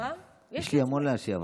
יש לי המון מה להשיב,